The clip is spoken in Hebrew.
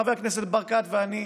חבר הכנסת ברקת ואני,